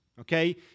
okay